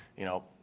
you know,